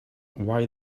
why